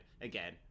again